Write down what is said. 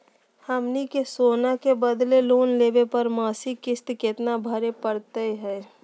हमनी के सोना के बदले लोन लेवे पर मासिक किस्त केतना भरै परतही हे?